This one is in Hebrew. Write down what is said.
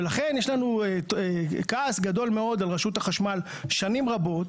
ולכן יש לנו כעס גדול מאוד על רשות החשמל שנים רבות,